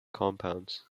compounds